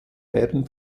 werden